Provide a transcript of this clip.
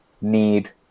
need